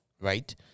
right